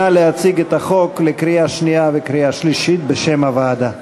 נא להציג את החוק לקריאה שנייה וקריאה שלישית בשם הוועדה.